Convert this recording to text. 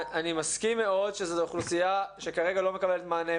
אני מסכים מאוד שזאת אוכלוסייה שכרגע לא מקבלת מענה,